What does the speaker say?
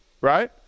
right